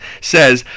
says